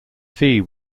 fee